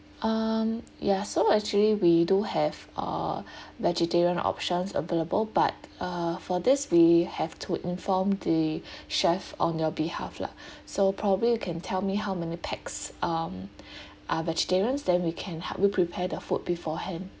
um ya so actually we do have a vegetarian options available but uh for this we have to inform the chef on your behalf lah so probably you can tell me how many pax um are vegetarians then we can help you prepare the food beforehand